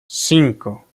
cinco